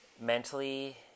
mentally